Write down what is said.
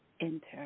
enter